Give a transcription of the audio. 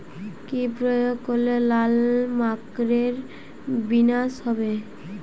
কি প্রয়োগ করলে লাল মাকড়ের বিনাশ হবে?